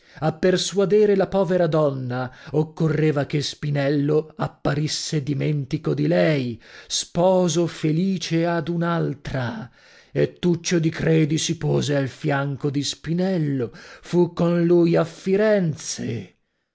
a persuadere la povera donna occorreva che spinello apparisse dimentico di lei sposo felice ad un'altra e tuccio di credi si pose al fianco di spinello fu con lui a firenze